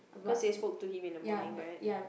cause they spoke to him in the morning right